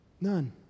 None